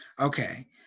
Okay